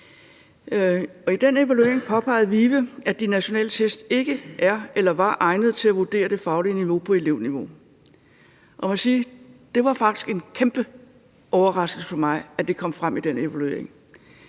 i den evaluering påpegede VIVE, at de nationale test ikke er eller var egnede til at vurdere det faglige niveau på elevniveau. Og jeg må sige, at det faktisk var en kæmpe overraskelse for mig, at det kom frem i den evaluering